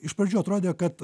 iš pradžių atrodė kad